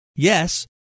yes